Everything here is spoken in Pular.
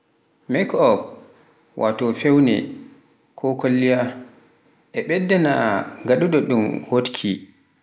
makeup wato fewne, ko kwalliya, e ɓedda naa nga ɗu ɗoɗun wotki.